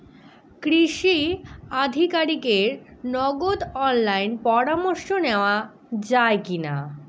কৃষি আধিকারিকের নগদ অনলাইন পরামর্শ নেওয়া যায় কি না?